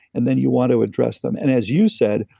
and then you want to address them. and as you said,